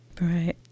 right